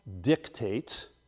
dictate